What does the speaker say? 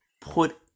put